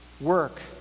work